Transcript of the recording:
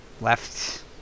left